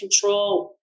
control